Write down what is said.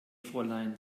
fräulein